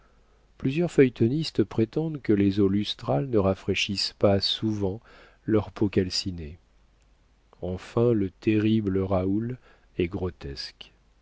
plusieurs feuilletonistes prétendent que les eaux lustrales ne rafraîchissent pas souvent leur peau calcinée enfin le terrible raoul est grotesque